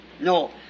No